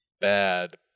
bad